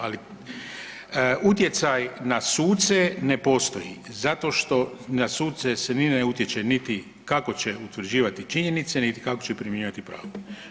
Ali utjecaj na suce ne postoji, zato što na suce se ni ne utječe, niti kako će utvrđivati činjenice, niti kako će primjenjivati pravo.